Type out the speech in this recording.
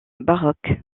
baroque